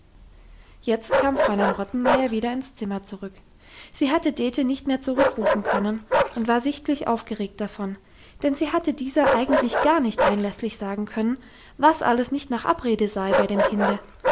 jetzt kam fräulein rottenmeier wieder ins zimmer zurück sie hatte dete nicht mehr zurückrufen können und war sichtlich aufgeregt davon denn sie hatte dieser eigentlich gar nicht einlässlich sagen können was alles nicht nach abrede sei bei dem kinde